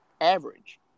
average